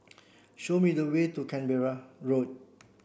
show me the way to Canberra Road